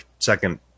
second